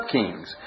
kings